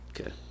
okay